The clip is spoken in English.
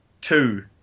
two